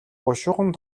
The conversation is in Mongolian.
бушуухан